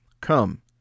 come